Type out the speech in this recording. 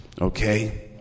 Okay